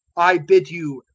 i bid you,